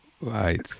Right